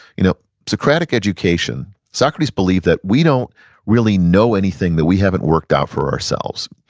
you know socratic education, socrates believed that we don't really know anything that we haven't worked out for ourselves.